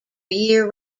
year